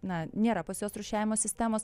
na nėra pas juos rūšiavimo sistemos